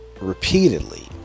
repeatedly